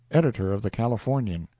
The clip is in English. editor of the californian,